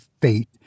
fate